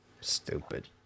Stupid